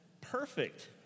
perfect